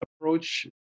approach